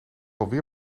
alweer